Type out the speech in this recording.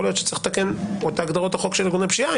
יכול להיות שצריך לתקן את הגדרות החוק של ארגוני פשיעה,